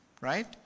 right